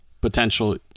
potential